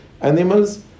animals